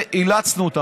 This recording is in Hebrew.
ואילצנו אותם,